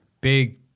Big